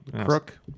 Crook